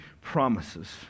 promises